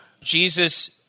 Jesus